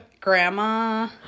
grandma